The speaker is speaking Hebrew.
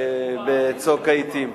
בצוק העתים.